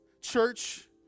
church